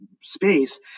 space